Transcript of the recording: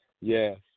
Yes